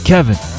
Kevin